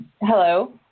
Hello